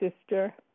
sister